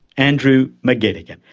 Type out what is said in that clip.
andrew mcgettigan.